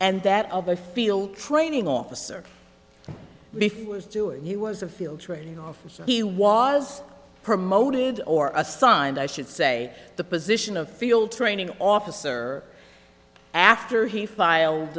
and that of a field training officer before was doing he was a field training officer he was promoted or assigned i should say the position of field training officer after he filed